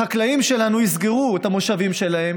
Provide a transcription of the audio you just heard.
החקלאים שלנו יסגרו את המושבים שלהם,